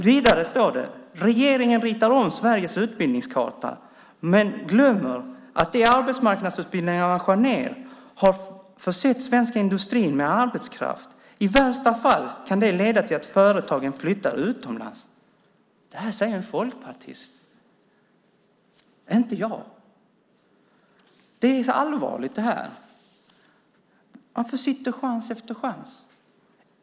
Vidare står det: Regeringen ritar om Sveriges utbildningskarta men glömmer att de arbetsmarknadsutbildningar man skär ned har försett den svenska industrin med arbetskraft. I värsta fall kan det leda till att företagen flyttar utomlands. Det här säger en folkpartist - inte jag. Det är allvarligt, det här. Man försitter chans efter chans.